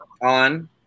on